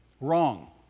Wrong